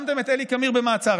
שמתם את אלי קמיר במעצר.